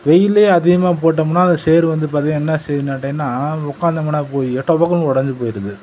வெயில்லேயே அதிகமாக போட்டோம்னா அந்த சேரு வந்து பார்த்திங்கன்னா என்ன செய்யுதுன்னு கேட்டிங்கன்னா உட்காந்தமுன்னா போய் டபக்குனு ஒடைஞ்சு போய்டுது